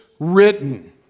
Written